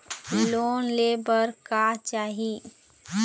Loan ले बार का चाही?